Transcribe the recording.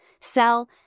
sell